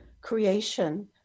creation